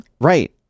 Right